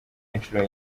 inshuro